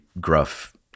gruff